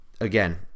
again